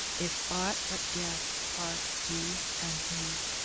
if ought but death part thee and me.